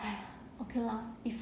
okay lor if